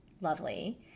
lovely